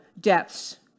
deaths